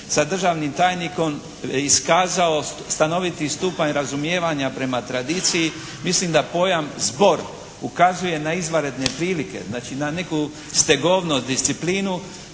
sa državnim tajnikom iskazao stanoviti stupanj razumijevanja prema tradiciji mislim da pojam zbor ukazuje na izvanredne prilike, znači na neku stegovnost, disciplinu.